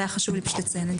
חשוב לי לציין את זה.